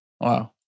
Wow